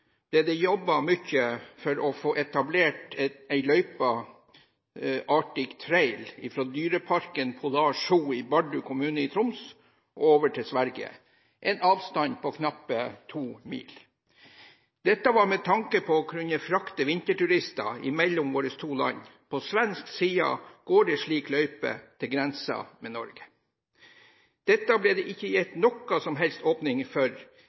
det opplegget som regjeringen nå har lagt fram. Da Høyre hadde miljøvernministeren under Bondevik II, ble det jobbet mye for å få etablert en løype – Arctic Trail – fra dyreparken Polar Zoo i Bardu kommune i Troms og over til Sverige, en avstand på knappe to mil. Dette var med tanke på å kunne frakte vinterturister mellom våre to land. På svensk side går det en slik løype til